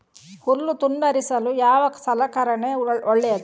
ಹುಲ್ಲು ತುಂಡರಿಸಲು ಯಾವ ಸಲಕರಣ ಒಳ್ಳೆಯದು?